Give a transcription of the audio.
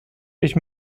ich